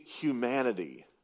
humanity